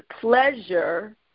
pleasure